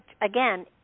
again